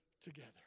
together